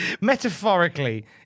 metaphorically